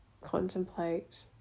contemplate